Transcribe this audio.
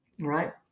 right